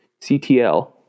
CTL